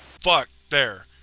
fuck, there.